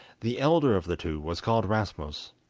the elder of the two was called rasmus,